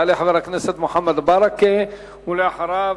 יעלה חבר הכנסת מוחמד ברכה, ואחריו,